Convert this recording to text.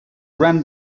ran